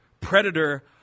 Predator